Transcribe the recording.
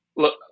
Look